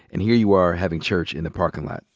and here you are, having church in the parking lot.